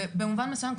במובן מסויים,